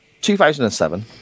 2007